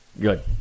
Good